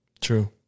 True